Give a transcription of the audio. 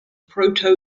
proto